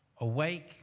Awake